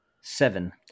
Seven